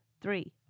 three